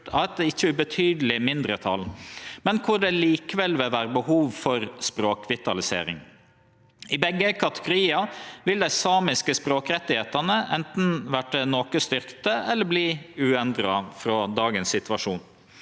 av eit ikkje ubetydeleg mindretal, men der det likevel vil vere behov for språkvitalisering. I begge kategoriar vil dei samiske språkrettane anten verte noko styrkte eller vere uendra frå dagens situasjon.